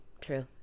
True